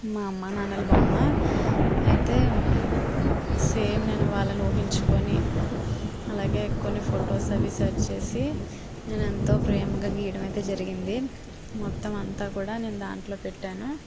మా అమ్మానాన్నల బొమ్మ అయితే సేమ్ నేను వాళ్ళను ఊహించుకుని అలాగే కొన్ని ఫొటోస్ అవి సెర్చ్ చేసి నేను ఎంతో ప్రేమగా గీయడం అయితే జరిగింది మొత్తం అంతా కూడా నేను దాంట్లో పెట్టాను